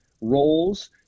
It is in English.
roles